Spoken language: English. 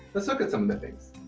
let's look at some of the things.